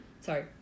Sorry